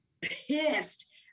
pissed